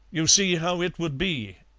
you see how it would be,